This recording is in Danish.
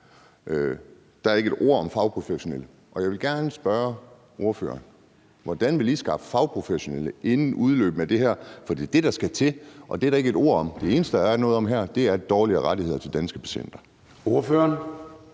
Der er ikke et ord om fagprofessionelle, og jeg vil gerne spørge ordføreren: Hvordan vil I skaffe fagprofessionelle inden udløbet af det her? For det er det, der skal til, og det er der ikke et ord om. Det eneste, der er noget om her, er dårligere rettigheder til danske patienter. Kl.